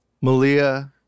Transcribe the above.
Malia